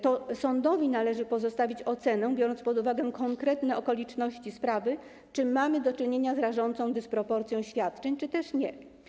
To sądowi należy pozostawić ocenę, przy wzięciu pod uwagę konkretnych okoliczności sprawy, czy mamy do czynienia z rażącą dysproporcją świadczeń, czy też nie.